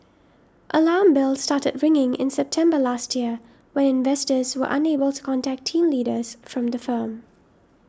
alarm bells started ringing in September last year when investors were unable to contact team leaders from the firm